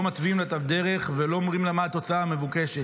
לא מתווים לה את הדרך ולא אומרים לה מה התוצאה המבוקשת.